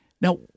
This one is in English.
Now